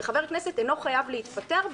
וחבר הכנסת אינו חייב להתפטר,